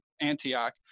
Antioch